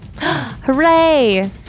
Hooray